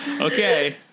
Okay